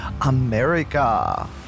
America